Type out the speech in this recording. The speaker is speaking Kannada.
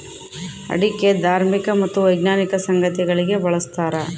ಅಡಿಕೆ ಧಾರ್ಮಿಕ ಮತ್ತು ವೈಜ್ಞಾನಿಕ ಸಂಗತಿಗಳಿಗೆ ಬಳಸ್ತಾರ